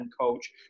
coach